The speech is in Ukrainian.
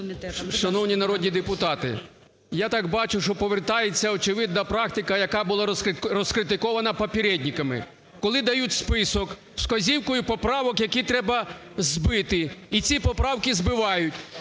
Шановні народні депутати, я так бачу, що повертається очевидна практика, яка була розкритикована "попєрєдніками": коли дають список з вказівкою поправок, які треба збити, і ці поправки збивають.